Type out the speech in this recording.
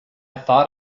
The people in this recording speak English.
thought